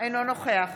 אינו נוכח